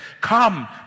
Come